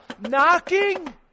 knocking